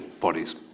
bodies